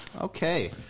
Okay